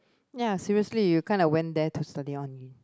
ya seriously you kinda went there to study on